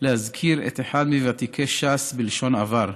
להזכיר את אחד מוותיקי ש"ס בלשון עבר.